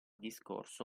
discorso